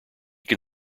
can